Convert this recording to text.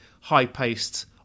high-paced